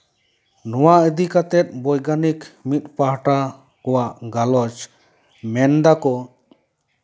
ᱱᱚᱶᱟ ᱤᱫᱤ ᱠᱟᱛᱮᱫ ᱵᱳᱭᱜᱟᱱᱤᱠ ᱢᱤᱫ ᱯᱟᱦᱴᱟ ᱠᱚᱣᱟᱜ ᱜᱟᱞᱚᱪ ᱢᱮᱱ ᱫᱟᱠᱚ